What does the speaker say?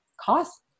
cost